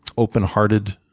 openhearted